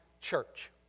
church